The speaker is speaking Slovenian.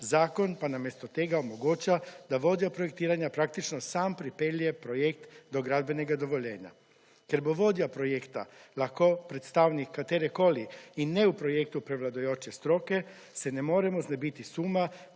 zakon pa namesto tega omogoča, da vodja projektiranja praktično sam pripelje projekt do gradbenega dovoljenja. Ker bo vodja projekta lahko predstavnik katerekoli in ne v projektu prevladujoče stroke, se ne moremo znebiti suma,